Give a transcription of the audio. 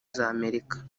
z’amerika